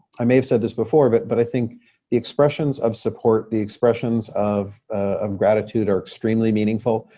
i may have said this before, but but i think the expressions of support, the expressions of ah of gratitude are extremely meaningful.